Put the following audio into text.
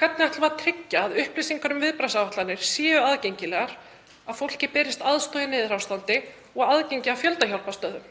Hvernig ætlum við að tryggja að upplýsingar um viðbragðsáætlanir séu aðgengilegar, að fólki berist aðstoð í neyðarástandi og aðgengi að fjöldahjálparstöðvum?